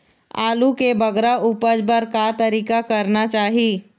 आलू के बगरा उपज बर का तरीका करना चाही?